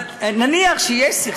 אבל נניח שיש סכסוך,